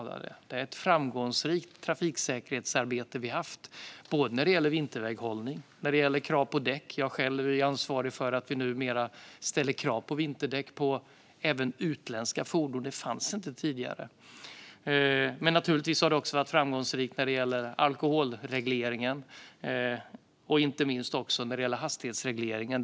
Det är ett framgångsrikt trafiksäkerhetsarbete vi haft när det gäller både vinterväghållning och krav på däck. Jag är själv ansvarig för att vi numera ställer krav på vinterdäck även på utländska fordon. Det kravet fanns inte tidigare. Arbetet har varit framgångsrikt också när det gäller alkoholregleringen och inte minst hastighetsregleringen.